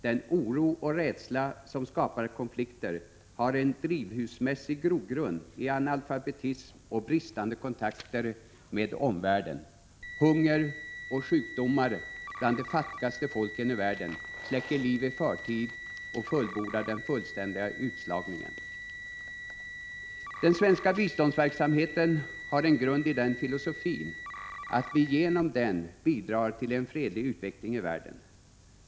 Den oro och rädsla som skapar konflikter har en drivhusmäs sig grogrund i analfabetism och bristande kontakter med omvärlden. Hunger och sjukdomar bland de fattigaste folken i världen släcker liv i förtid och fullbordar den fullständiga utslagningen. Den svenska biståndsverksamheten har en grund i filosofin att vi genom den bidrar till en fredlig utveckling i världen.